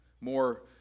More